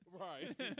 Right